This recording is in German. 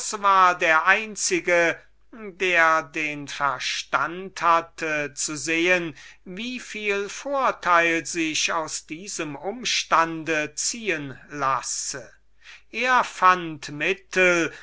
war der einzige der den verstand hatte zu sehen wieviel vorteil sich aus diesem umstande ziehen lasse er fand mittel